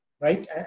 Right